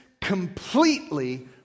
completely